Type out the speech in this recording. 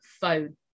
phone